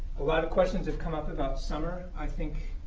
a lot of questions have come up about summer. i think